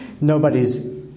nobody's